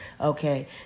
Okay